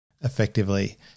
effectively